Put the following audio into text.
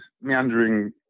meandering